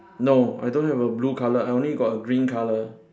no I don't have a blue colour I only got a green colour